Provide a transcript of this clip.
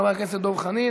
חבר הכנסת דב חנין.